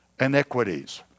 iniquities